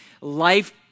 life